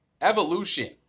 Evolution